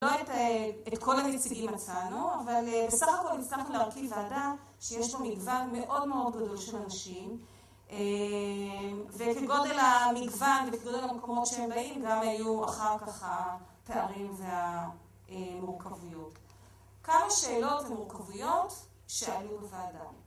לא את כל המציגים מצאנו, אבל בסך הכל נצטרכנו להרכיב ועדה שיש לו מגוון מאוד מאוד גדול של אנשים, וכגודל המגוון וכגודל המקומות שהם באים גם היו אחר כך התארים והמורכביות. כמה שאלות מורכביות שעלו לוועדה.